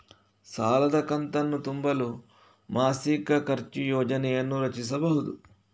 ಸಾಲದ ಕಂತನ್ನು ತುಂಬಲು ಮಾಸಿಕ ಖರ್ಚು ಯೋಜನೆಯನ್ನು ರಚಿಸಿಬಹುದು